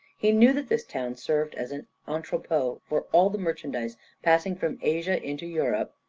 he knew that this town served as an entrepot for all the merchandise passing from asia into europe.